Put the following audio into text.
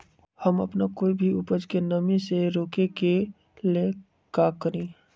हम अपना कोई भी उपज के नमी से रोके के ले का करी?